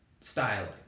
styling